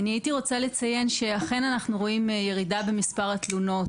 הייתי רוצה לציין שאכן אנחנו רואים ירידה במספר התלונות